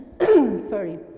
sorry